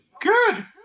good